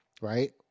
right